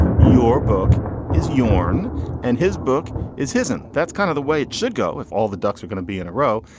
your book is yawn and his book is his own. and that's kind of the way it should go if all the ducks are going to be in a row.